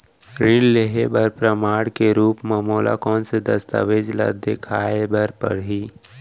ऋण लिहे बर प्रमाण के रूप मा मोला कोन से दस्तावेज ला देखाय बर परही?